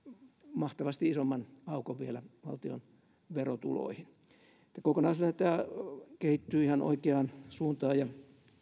mahtavasti isomman aukon vielä valtion verotuloihin kokonaisuutena tämä kehittyy ihan oikeaan suuntaan ja